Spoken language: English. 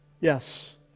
Yes